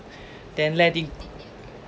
then let it